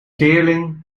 teerling